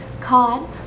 cod